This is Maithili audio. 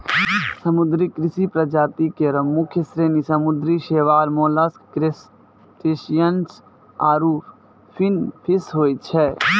समुद्री कृषि प्रजाति केरो मुख्य श्रेणी समुद्री शैवाल, मोलस्क, क्रसटेशियन्स आरु फिनफिश होय छै